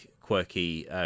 quirky